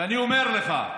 ואני אומר לך,